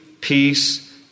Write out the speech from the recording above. peace